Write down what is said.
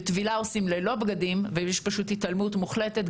וטבילה עושים ללא בגדים ויש פשוט התעלמות מוחלטת.